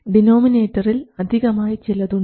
ഡിനോമിനേറ്ററിൽ അധികമായി ചിലതുണ്ട്